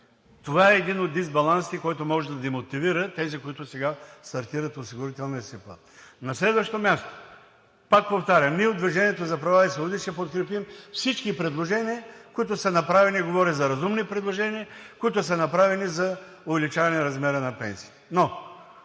Това е един от дисбалансите, който може да демотивира тези, които стартират осигурителния си път. На следващо място, пак повтарям, ние от „Движението за права и свободи“ ще подкрепим всички предложения – говоря за разумни предложения, които са направени за увеличаване размера на пенсиите.